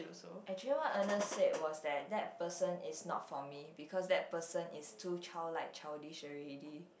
actually what Ernest said was that that person is not for me because that person is too childlike childish already